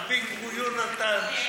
בן-גוריון נתן.